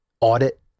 audit